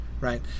right